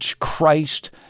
Christ